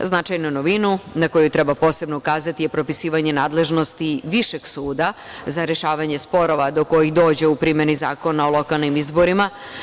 Značajnu novinu na koju treba posebno ukazati je propisivanje nadležnosti Višeg suda za rešavanje sporova do kojih dođe u primeni Zakona o lokalnim izborima.